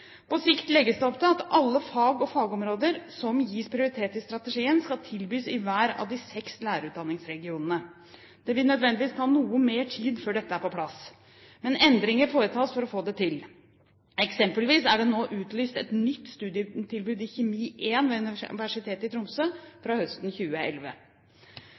På sikt legges det opp til at alle fag og fagområder som gis prioritet i strategien, skal tilbys i hver av de seks lærerutdanningsregionene. Det vil nødvendigvis ta noe mer tid før dette er på plass, men endringer foretas for å få det til. Eksempelvis er det nå utlyst et nytt studietilbud i kjemi 1 ved Universitetet i Tromsø fra høsten 2011.